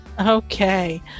Okay